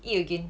eat again